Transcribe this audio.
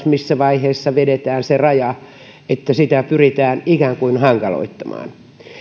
missä vaiheessa vedetään se raja että niitä pyritään ikään kuin hankaloittamaan